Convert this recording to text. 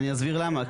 אני אסביר למה.